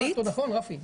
נכון, רפי?